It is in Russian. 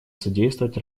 содействовать